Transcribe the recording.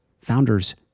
Founders